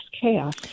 chaos